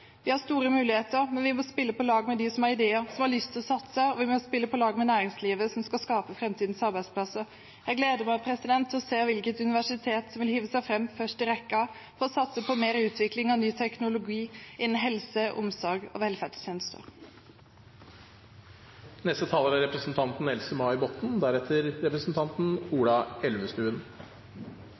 Vi har store muligheter, men vi må spille på lag med dem som har ideer, og som har lyst til å satse, og vi må spille på lag med næringslivet, som skal skape framtidens arbeidsplasser. Jeg gleder meg til å se hvilket universitet som vil hive seg fram først i rekken for å satse på mer utvikling av ny teknologi innen helse, omsorg og velferdstjenester.